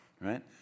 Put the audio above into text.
right